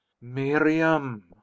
miriam